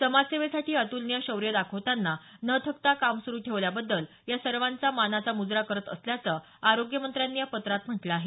समाजसेवेसाठी हे अतुलनीय शौर्य दाखवताना न थकता काम सुरू ठेवल्याबद्दल या सर्वांना मानाचा मुजरा करत असल्याचं आरोग्यमंत्र्यांनी या पत्रात म्हटले आहे